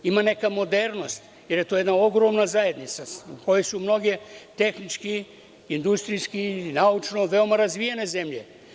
Ima neka modernost, jer je to jedna ogromna zajednica u kojoj su mnoge tehnički, industrijski ili naučno veoma razvijene zemlje.